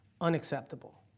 unacceptable